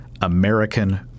American